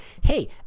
hey